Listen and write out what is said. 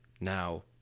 Now